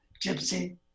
Gypsy